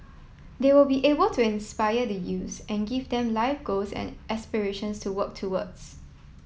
they will be able to inspire the youths and give them life goals and aspirations to work towards